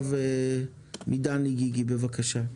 דניאל גיגי, בבקשה.